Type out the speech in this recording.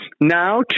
now